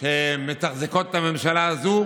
שמתחזקות את הממשלה הזאת,